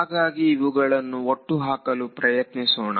ಹಾಗಾಗಿ ಇವುಗಳನ್ನು ಒಟ್ಟು ಹಾಕಲು ಪ್ರಯತ್ನಿಸೋಣ